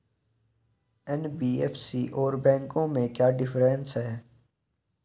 NBFC और बैंकों में क्या डिफरेंस है?